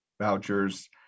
vouchers